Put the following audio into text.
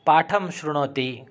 पाठं शृणोति